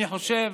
אני חושב